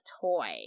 toy